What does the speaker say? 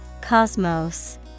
Cosmos